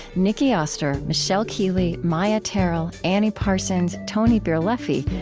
nicki oster, michelle keeley, maia tarrell, annie parsons, tony birleffi,